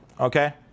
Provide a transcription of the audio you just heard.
okay